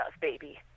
baby